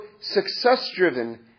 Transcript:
success-driven